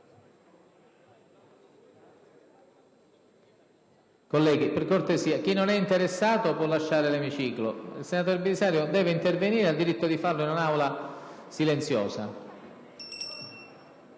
Colleghi, per cortesia, chi non è interessato può lasciare l'emiciclo. Il senatore Belisario sta intervenendo ed ha diritto di farlo in un'Aula silenziosa.